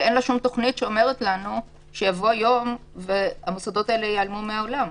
ואין לה שום תוכנית שאומרת לנו שיבוא יום והמוסדות האלה ייעלמו מהעולם.